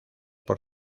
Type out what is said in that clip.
por